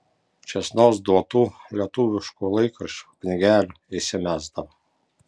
čėsnos duotų lietuviškų laikraščių knygelių įsimesdavo